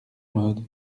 mode